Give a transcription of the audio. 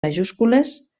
majúscules